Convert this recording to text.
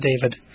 David